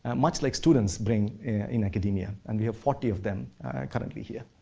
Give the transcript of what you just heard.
and much like students bring in academia. and we have forty of them currently here.